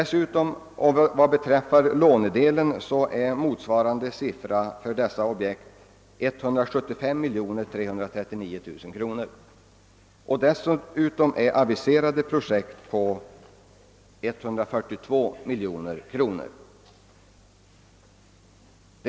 Siffran för lånedelen av motsvarande objekt är 175 339 000 kronor. Dessutom är projekt på 142 milj.kr.nor aviserade.